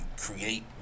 create